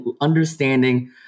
understanding